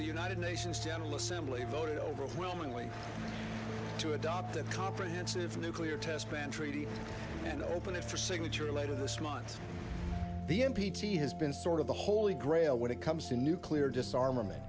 the united nations general assembly voted overwhelmingly to adopt a comprehensive nuclear test ban treaty and open it for signature later this month the n p t has been sort of the holy grail when it comes to nuclear disarmament